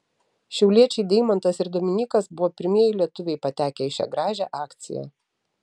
šiauliečiai deimantas ir dominykas buvo pirmieji lietuviai patekę į šią gražią akciją